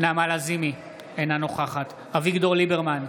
נעמה לזימי, אינה נוכחת אביגדור ליברמן,